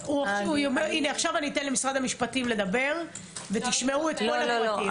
--- עכשיו אני אתן למשרד המשפטים לדבר ותשמעו את כל הפרטים.